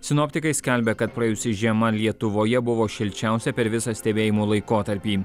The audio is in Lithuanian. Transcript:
sinoptikai skelbia kad praėjusi žiema lietuvoje buvo šilčiausia per visą stebėjimo laikotarpį